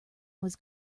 was